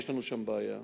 יש לנו שם בעיה,